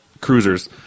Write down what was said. cruisers